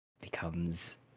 becomes